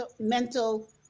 mental